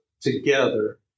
together